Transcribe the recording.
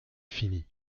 fini